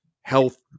health